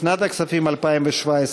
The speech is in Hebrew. לשנת הכספים 2017,